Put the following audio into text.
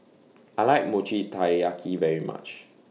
I like Mochi Taiyaki very much